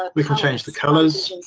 we can change the colours.